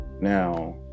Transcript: Now